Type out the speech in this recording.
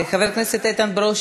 חבר הכנסת ענת ברקו,